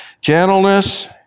gentleness